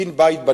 כדין בית בנגב,